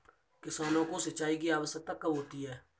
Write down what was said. किसानों को सिंचाई की आवश्यकता कब होती है?